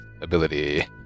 ability